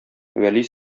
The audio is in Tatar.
вәли